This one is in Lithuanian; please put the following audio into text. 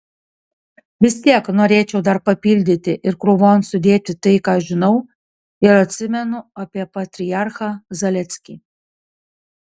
vis tiek norėčiau dar papildyti ir krūvon sudėti tai ką žinau ir atsimenu apie patriarchą zaleskį